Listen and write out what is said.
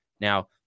Now